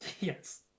yes